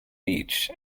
beach